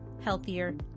healthier